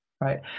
right